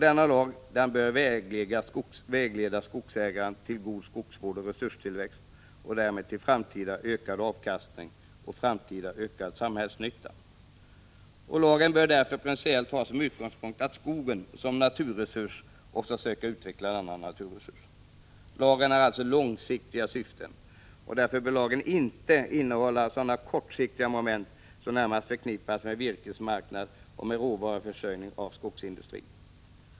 Denna lag bör vägleda skogsägaren till god skogsvård och resurstillväxt och därmed till framtida ökad avkastning och framtida ökad samhällsnytta. Lagen bör därför principiellt ha som utgångspunkt skogen som naturresurs och syfta till att utveckla denna resurs. Lagen har alltså långsiktiga syften. Därför bör lagen inte innehålla sådana kortsiktiga moment som närmast är förknippade med virkesmarknaden och råvaruförsörjningen inom skogsindustrin.